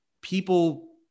People